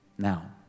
Now